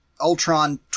Ultron